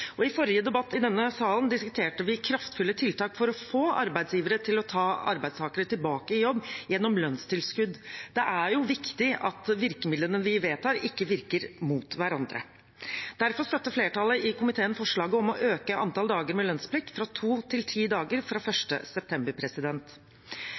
I forrige debatt i denne salen diskuterte vi kraftfulle tiltak for å få arbeidsgivere til ta arbeidstakere tilbake i jobb gjennom lønnstilskudd. Det er jo viktig at virkemidlene vi vedtar, ikke virker mot hverandre. Derfor støtter flertallet i komiteen forslaget om å øke antall dager med lønnsplikt fra to til ti dager fra